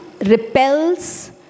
repels